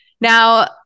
Now